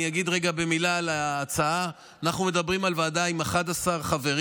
אני אגיד רגע מילה על ההצעה: אנחנו מדברים על ועדה עם 11 חברים,